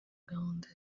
gahunda